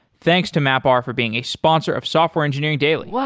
thanks to mapr for being a sponsor of software engineering daily